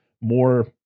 more